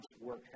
work